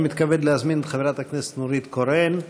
אני מתכבד להזמין את חברת הכנסת נורית קורן.